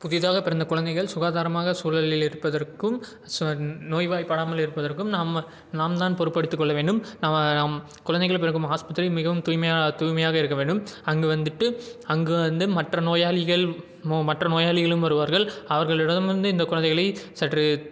புதிதாக பிறந்த குழந்தைகள் சுகாதாரமாக சூழ்நிலையில் இருப்பதற்கும் நோய்வாய்ப்படாமல் இருப்பதற்கும் நம்ம நாம் தான் பொறுப்பு எடுத்துக்கொள்ள வேண்டும் நம்ம நம் குழந்தைகள் பிறக்கும் ஹாஸ்பத்திரி மிகவும் தூய்மையாக தூய்மையாக இருக்க வேண்டும் அங்கு வந்துட்டு அங்கு வந்து மற்ற நோயாளிகள் நோ மற்ற நோயாளிகளும் வருவார்கள் அவர்களிடம் இருந்து இந்த குழந்தைகளை சற்று